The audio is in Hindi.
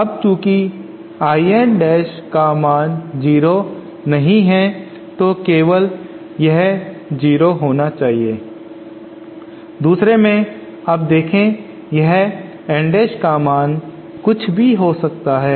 अब चूँकि I n dash का मान 0 नहीं है तो केवल यह 0 होना चाहिए दूसरे में अब देखो यह N dash का मान कुछ भी हो सकता है